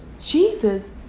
Jesus